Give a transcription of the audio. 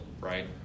right